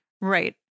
Right